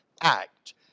act